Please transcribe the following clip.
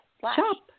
Shop